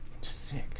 Sick